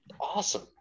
Awesome